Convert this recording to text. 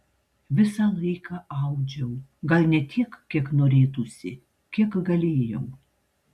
visą laiką audžiau gal ne tiek kiek norėtųsi kiek galėjau